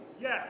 Yes